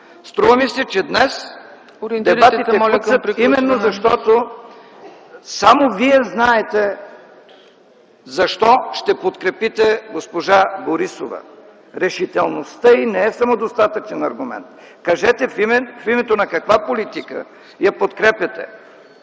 Струва ми се, че днес дебатите са именно защото само Вие знаете защо ще подкрепите госпожа Борисова. Само решителността й не е достатъчен аргумент. Кажете в името на каква политика я подкрепяте